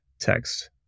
text